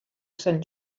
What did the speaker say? sant